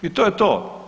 I to je to.